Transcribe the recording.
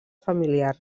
familiar